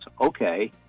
Okay